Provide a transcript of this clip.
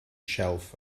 shelf